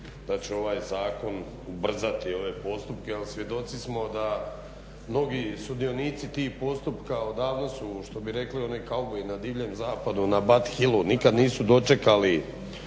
da će ovaj zakon ubrzati ove postupke jer svjedoci da mnogi sudionici tih postupka odavno su što bi rekli oni kauboji na Divljem zapadu na Bat Hilu nikad nisu dočekali